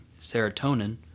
serotonin